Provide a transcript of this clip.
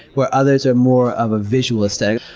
where others are more of a visual aesthetic.